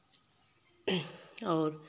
और